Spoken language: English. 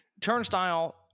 Turnstile